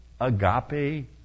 agape